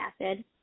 acid